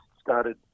started